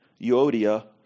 Euodia